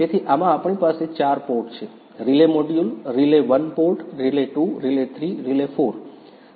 તેથી આમાં આપણી પાસે ચાર પોર્ટ છે relay module relay 1 port relay 2 relay 3 relay 4